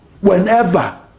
whenever